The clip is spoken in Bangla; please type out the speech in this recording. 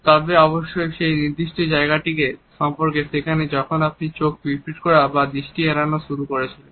তবে অবশ্যই সেই নির্দিষ্ট জায়গাটি সম্পর্কে যেখানে আপনি চোখ পিটপিট করা বা দৃষ্টি এড়ানো শুরু করেছিলেন